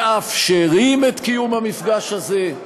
מאפשרים את קיום המפגש הזה,